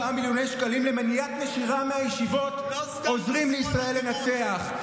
איך 27 מיליוני שקלים למניעת נשירה מהישיבות עוזרים לישראל לנצח?